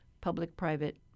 public-private